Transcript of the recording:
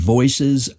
Voices